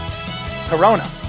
Corona